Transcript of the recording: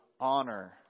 honor